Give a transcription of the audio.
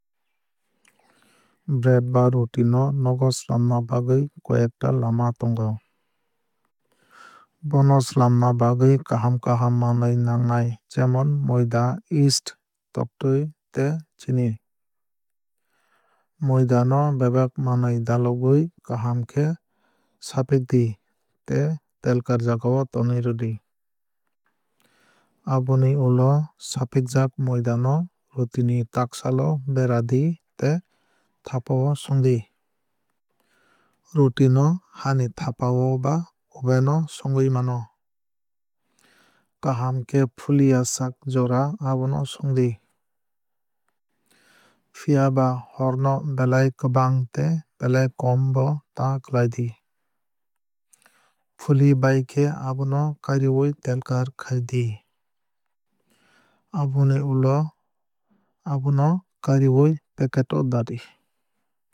Bread ba roti no nogo swlamna bagwui koi ekta lama tongo. Bono swlamna bagwui kaham kaham manwui nangnai jemom moida yeast toktwui tei chini. Moida no bebak manuwi dalogwui kaham khe sapikdi tei telkar jagao tonwui rwdi. Aboni ulo o sapikjak moida no roti ni takshal o beradi tei thapao songdi. Roti no ha ni thapao ba oven no songwui mano. Kaham khe fuliyasak jora abono songdi. Phiaba hor no belai kwbang tei belai kom bo ta khlai di. Fulibai khe abono kariwui telkar khai di. Aboni ulo abono kariwui packet o dadi.